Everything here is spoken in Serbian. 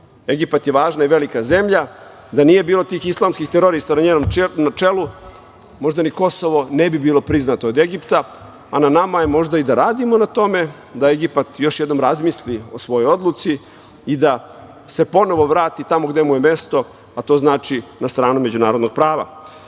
Egipat je važna i velika zemlja. Da nije bilo tih islamskih terorista na njenom čelu, možda ni Kosovo ne bi bilo priznato od Egipta, a na nama je možda i da radimo na tome da Egipat još jednom razmisli o svojoj odluci i da se ponovo vrati tamo gde mu je mesto, a to znači na stranu međunarodnog prava. Dame